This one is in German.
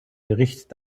bericht